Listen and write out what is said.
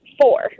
four